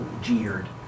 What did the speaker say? jeered